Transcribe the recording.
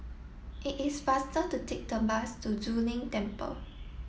it is faster to take the bus to Zu Lin Temple